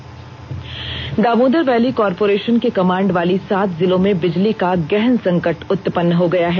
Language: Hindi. बिजली कटौती दामोदर वैली कारपोरेषन के कमांड वाली सात जिलो में बिजली का गहन संकट उत्पन्न हो गया है